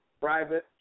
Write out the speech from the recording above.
private